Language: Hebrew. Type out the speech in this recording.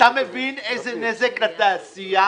אתה מבין איזה נזק לתעשייה?